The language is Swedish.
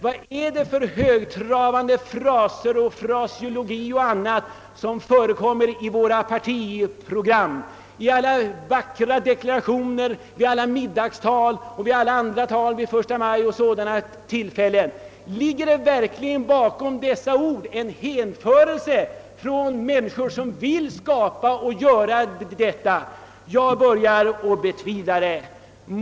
Vad är det för högtravande fraser som förekommer i våra partiprogram, i alla vackra deklarationer, vid alla middagstal, första majtal o. s. v.? Ligger verkligen bakom dessa ord en hänförelse hos människor som vill förverkliga de vackra orden och göra det som sägs? Jag börjar betvivla det.